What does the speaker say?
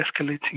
escalating